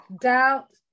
Doubt